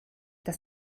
das